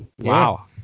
wow